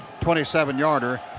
27-yarder